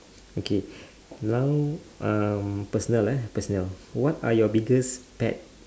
okay now um personal ah personal what are your biggest pet